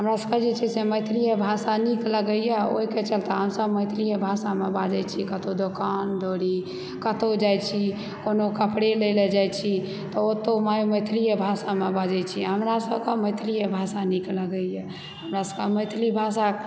हमरा सबके जे छै से मैथलिए भाषा नीक लगैया ओहिके चलते हमसब मैथलिए भाषामे बाजै छी कतहुँ दोकान दौरी कतहुँ जाइछी कोनो कपड़े लए ला जाइ छी तऽ ओतहुँ मैथलिए भाषामे बाजै छी हमरा सबकेँ मैथलिए भाषा नीक लागैया हमरा सबकेँ मैथिली भाषा